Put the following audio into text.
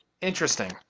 Interesting